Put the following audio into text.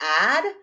add